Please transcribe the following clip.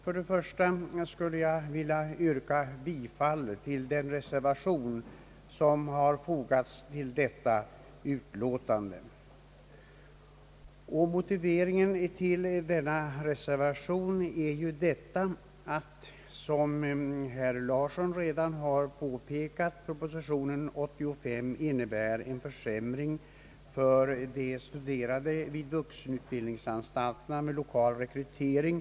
Motiveringen till reservationen vid detta utlåtande är, som herr Thorsten Larsson redan har påpekat, att förslagen i proposition nr 85 innebär en för sämring för de studerande vid vuxenutbildningsanstalterna med lokal rekrytering.